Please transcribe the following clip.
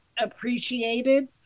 appreciated